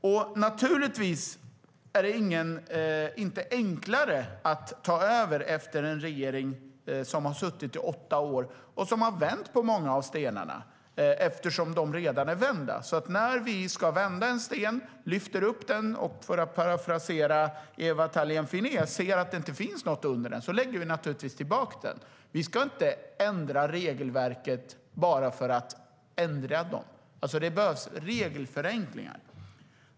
Det är naturligtvis inte enklare att ta över efter en regering som har suttit i åtta år och som redan har vänt på många av stenarna. När vi ska vända på en sten, lyfter upp den och - för att parafrasera Ewa Thalén Finné - ser att det inte finns något under den lägger vi naturligtvis tillbaka den. Vi ska inte ändra regelverket bara för att ändra, utan det behövs regelförenklingar.